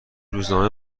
روزنامه